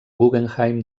guggenheim